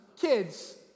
Kids